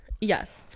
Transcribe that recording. Yes